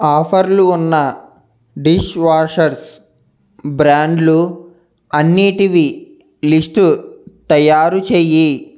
ఆఫర్లు ఉన్న డిష్వాషర్స్ బ్రాండ్లు అన్నింటివీ లిస్టు తయారు చేయి